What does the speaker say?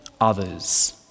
others